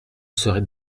serait